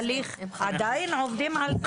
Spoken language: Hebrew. עדיין עובדים על זה?